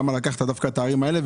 למה לקחת דווקא את הערים האלה,